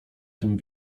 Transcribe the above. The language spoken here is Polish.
tym